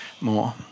more